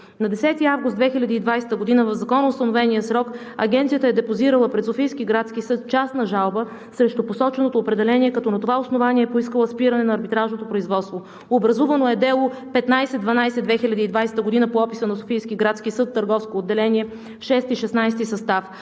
На 10 август 2020 г., в законоустановения срок, Агенцията е депозирала пред Софийския градски съд частна жалба срещу посоченото определение, като на това основание е поискала спиране на арбитражното производство. Образувано е дело 15-12/2020 г. по описа на Софийския градски съд, Търговско отделение, VI – XVI състав.